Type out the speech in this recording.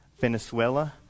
Venezuela